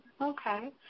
Okay